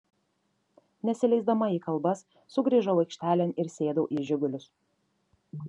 nesileisdama į kalbas sugrįžau aikštelėn ir sėdau į žigulius